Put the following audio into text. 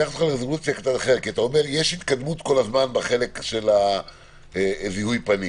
אתה אומר שיש התקדמות בחלק של זיהוי הפנים